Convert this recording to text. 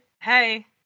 hey